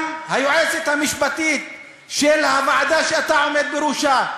גם היועצת המשפטית של הוועדה שאתה עומד בראשה,